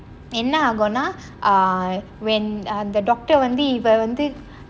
என்ன ஆகும்ன:enna aagumna um when the doctor வந்து இவ வந்து:vanthu iva vanthu